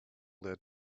that